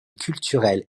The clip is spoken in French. culturel